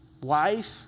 wife